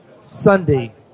Sunday –